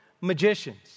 magicians